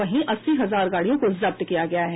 वहीं अस्सी हजार गाड़ियों को जब्त किया गया है